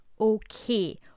okay